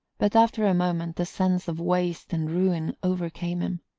but after a moment the sense of waste and ruin overcame him.